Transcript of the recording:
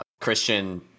Christian